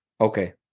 Okay